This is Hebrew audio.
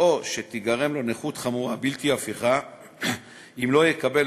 או שתיגרם לו נכות חמורה בלתי הפיכה אם לא יקבל